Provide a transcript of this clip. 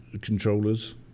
controllers